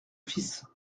fils